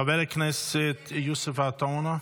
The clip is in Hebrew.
חבר הכנסת יוסף עטאונה,